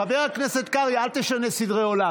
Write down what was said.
חבר הכנסת קרעי, אל תשנה סדרי עולם.